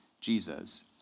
Jesus